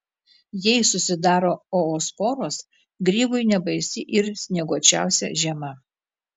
jei susidaro oosporos grybui nebaisi ir snieguočiausia žiema